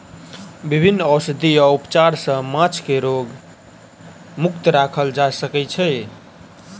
विभिन्न औषधि आ उपचार सॅ माँछ के रोग मुक्त राखल जा सकै छै